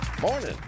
morning